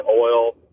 oil